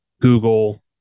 Google